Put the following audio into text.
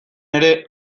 ere